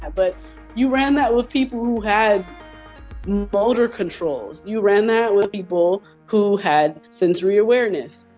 but you ran that with people who had motor controls. you ran that with people who had sensory awareness.